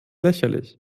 lächerlich